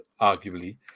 arguably